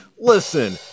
Listen